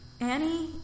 Annie